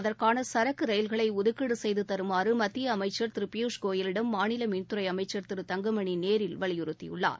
அதற்கானசரக்குரயில்களைஒதுக்கீடுசெய்துதருமாறுமத்தியஅமைச்சர் திருபியூஷ் கோயலிடம் மாநிலமின்துறைஅமைச்சர் திரு தங்கமணிநேரில் வலியுறுத்தியுள்ளார்